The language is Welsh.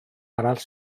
arall